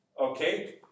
Okay